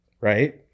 right